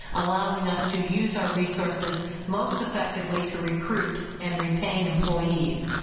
allowing us to use our resources most effectively to recruit and retain employees.